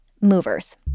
movers